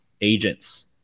agents